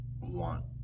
want